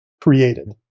created